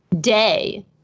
day